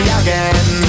again